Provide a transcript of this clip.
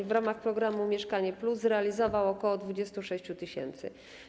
W ramach programu „Mieszkanie+” zrealizował około 26 tys.